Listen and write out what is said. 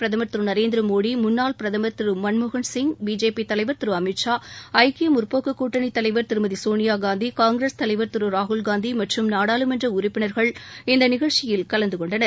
பிரதமர் திரு நரேந்திரமோடி முன்னாள் பிரதமர் திரு மன்மோகன் சிங் பிஜேபி தலைவர் திரு அமித் ஷா ஐக்கிய முற்போக்குக் கூட்டணித் தலைவர் திருமதி சோனியாகாந்தி காங்கிரஸ் தலைவர் திரு ராகுல்காந்தி மற்றும் நாடாளுமன்ற உறுப்பினர்கள் இந்த நிகழ்ச்சியில் கலந்து கொண்டனர்